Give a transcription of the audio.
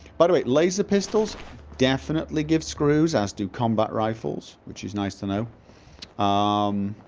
but way, laser pistols definitely give screws, as do combat rifles which is nice to know um.